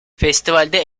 festivalde